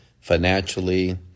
financially